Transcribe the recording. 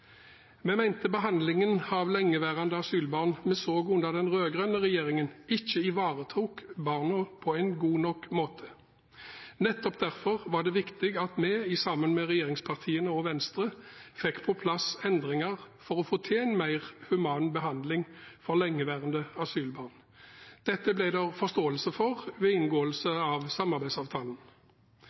Vi mente den behandlingen av lengeværende asylbarn vi så under den rød-grønne regjeringen, ikke ivaretok barna på en god nok måte. Nettopp derfor var det viktig at vi, sammen med regjeringspartiene og Venstre, fikk på plass endringer for å få til en mer human behandling av lengeværende asylbarn. Dette ble det vist forståelse for ved inngåelsen av samarbeidsavtalen,